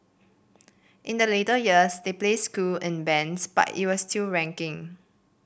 in the later years they placed school in bands but it was still ranking